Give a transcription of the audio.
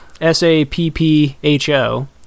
S-A-P-P-H-O